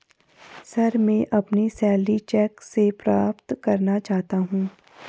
sir, मैं अपनी salary cheque से प्राप्त करना चाहता हूं